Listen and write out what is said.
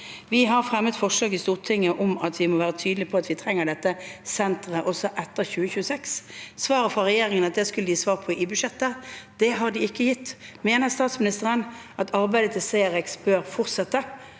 Vi har fremmet forslag i Stortinget om at vi må være tydelige på at vi trenger dette senteret også etter 2026. Svaret fra regjeringen var at de skulle gi svar på det i budsjettet. Det har de ikke gitt. Mener statsministeren at arbeidet til C-REX bør fortsette,